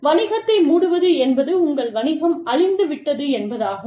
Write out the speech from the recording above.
வணிகத்தை மூடுவது என்பது உங்கள் வணிகம் அழிந்துவிட்டது என்பதாகும்